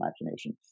imagination